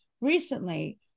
recently